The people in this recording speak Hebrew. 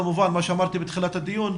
כמובן כמו שאמרתי בתחילת הדיון,